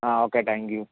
ആ okay thank you